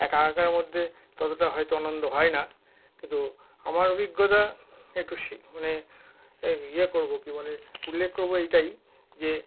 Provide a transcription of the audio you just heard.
একা একার মধ্যে ততটা হয়তো আনন্দ হয় না কিন্তু আমার অভিজ্ঞতা একটু মানে ইয়ে করব কি বলে উল্লেখ করব এটাই যে